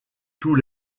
tous